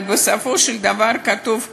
אבל בסופו של דבר כתוב כאן: